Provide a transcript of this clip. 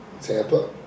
Tampa